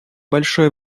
большое